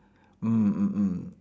mm mm mm